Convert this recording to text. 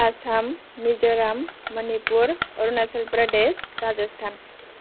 Assam Mizoram Manipur Arunachal Pradesh Rajasthan